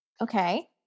Okay